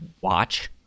watch